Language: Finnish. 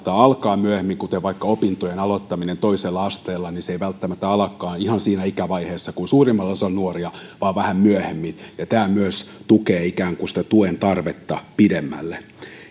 saattavat alkaa myöhemmin kuten vaikka opintojen aloittaminen toisella asteella se ei välttämättä alakaan ihan siinä ikävaiheessa kuin suurimmalla osalla nuoria vaan vähän myöhemmin ja myös tämä tukee sitä tuen tarvetta pidemmälle